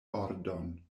ordon